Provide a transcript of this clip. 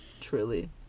Truly